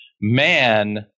man